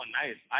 nice